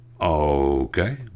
okay